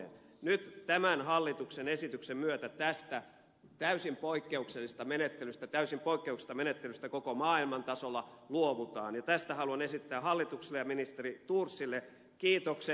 nyt tämän hallituksen esityksen myötä tästä täysin poikkeuksellisesta menettelystä koko maailman tasolla luovutaan ja tästä haluan esittää hallitukselle ja ministeri thorsille kiitokset